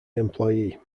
employee